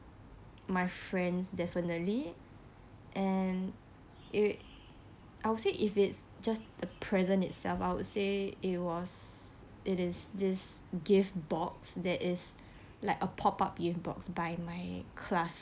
my friends definitely and it I would said if it's just the present itself I would say it was it is this gift box that is like a pop up gift box by my class